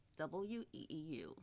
WEEU